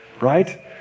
right